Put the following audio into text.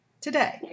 today